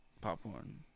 popcorn